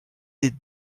des